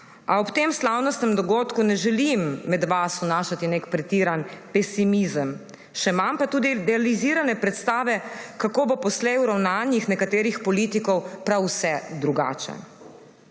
A ob tem slavnostnem dogodku ne želim med vas vnašati nekega pretiranega pesimizma, še manj pa idealizirane predstave, kako bo poslej v ravnanjih nekaterih politikov prav vse drugače.